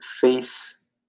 face